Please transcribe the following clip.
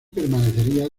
permanecería